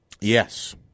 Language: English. Yes